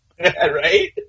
Right